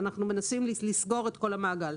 אנחנו מנסים לסגור את כל המעגל.